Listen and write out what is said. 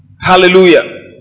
hallelujah